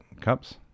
cups